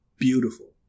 beautiful